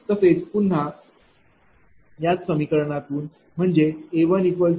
तसेच पुन्हा त्याच समीकरणातून म्हणजे A1P2r2Q2x1 0